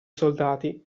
soldati